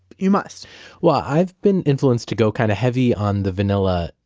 you must well, i've been influenced to go kind of heavy on the vanilla,